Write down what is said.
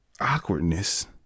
awkwardness